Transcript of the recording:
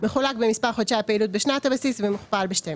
מחולק במספר חודשי הפעילות בשנת הבסיס ומוכפל ב-12,